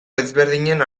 ezberdinen